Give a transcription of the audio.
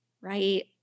right